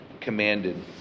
commanded